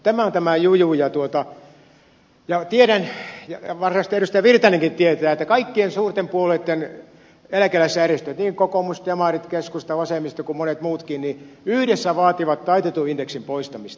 tämä on tämä juju ja tiedän ja varmasti edustaja virtanenkin tietää että kaikkien suurten puolueitten eläkeläisjärjestöt niin kokoomus demarit keskusta vasemmisto kuin monet muutkin yhdessä vaativat taitetun indeksin poistamista